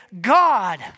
God